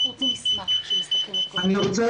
אני רוצה